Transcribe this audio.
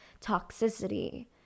toxicity